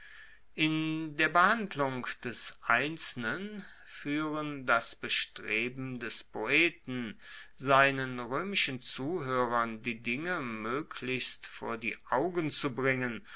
in der behandlung des einzelnen fuehren das bestreben des poeten seinen roemischen zuhoerern die dinge moeglichst vor die augen zu bringen